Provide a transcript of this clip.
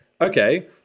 okay